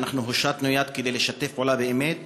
ואנחנו הושטנו יד כדי לשתף פעולה באמת,